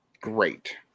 great